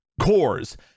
cores